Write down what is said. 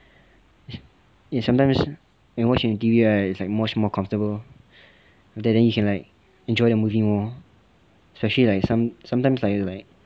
and sometimes when you watch in T_V right it's like much more comfortable then then you can like enjoy the movie more especially like some~ sometimes like like like